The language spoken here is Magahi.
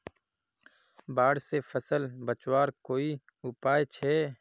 बाढ़ से फसल बचवार कोई उपाय छे?